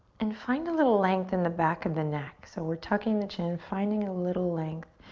and find a little length in the back of the neck. so we're tucking the chin, finding a little length.